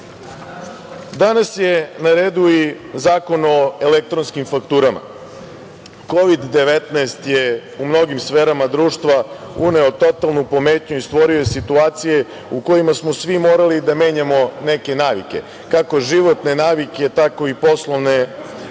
je na redu i Zakon elektronskim fakturama, Kovid-19 je u mnogim sferama društva uneo totalnu pometnju i stvorio je situacije u kojima smo svi morali da menjamo neke navike, kako životne navike, tako i poslovne navike.